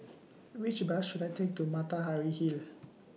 Which Bus should I Take to Matahari Hall